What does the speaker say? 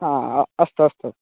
हा अस्तु अस्तु